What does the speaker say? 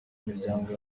imiryango